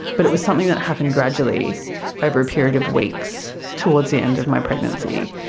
but it was something that happened gradually over a period of weeks towards the end of my pregnancy,